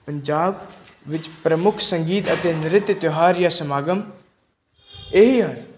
ਪੰਜਾਬ ਵਿੱਚ ਪ੍ਰਮੁੱਖ ਸੰਗੀਤ ਅਤੇ ਨਰਿਤ ਤਿਉਹਾਰ ਜਾਂ ਸਮਾਗਮ ਇਹ ਹੀ ਹਨ